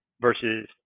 versus